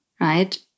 right